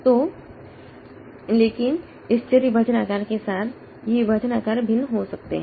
तो लेकिन इस चर विभाजन आकार के साथ ये विभाजन आकार भिन्न हो सकते हैं